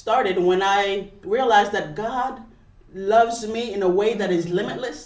started when i realized that god loves me in a way that is limitless